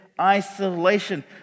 isolation